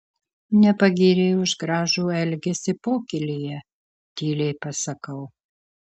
nepagyrei už gražų elgesį pokylyje tyliai pasakau